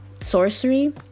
sorcery